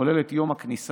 כולל את יום הכניסה